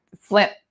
Flint